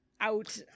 out